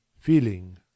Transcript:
feeling